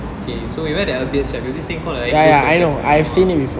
okay so we wear the they have this thing called the exoskeleton